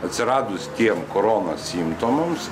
atsiradus tiem korona simptomams